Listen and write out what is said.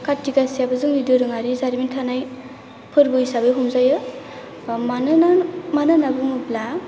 खाथि गासायाबो जोंनि दोरोंआरि जारिमिन थानाय फोरबो हिसाबै हमजायो मानोना मानोहोनना बुंब्ला